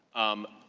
um,